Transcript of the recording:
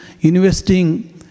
investing